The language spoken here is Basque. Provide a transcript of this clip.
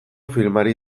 filmari